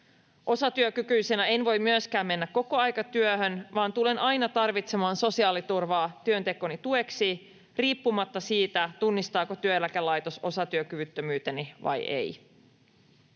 Osatyökykyisenä en voi myöskään mennä kokoaikatyöhön, vaan tulen aina tarvitsemaan sosiaaliturvaa työntekoni tueksi riippumatta siitä, tunnistaako työeläkelaitos osatyökyvyttömyyteni vai ei.